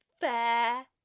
Fair